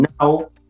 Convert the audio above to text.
now